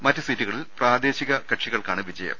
മറ്റു സീറ്റുകളിൽ പ്രാദേശിക കക്ഷികൾക്കാണ് വിജയം